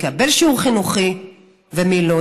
מי יקבל שיעור חינוכי ומי לא.